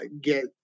get